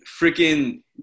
freaking